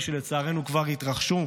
שלצערנו כבר התרחשו,